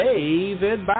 David